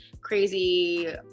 crazy